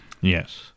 Yes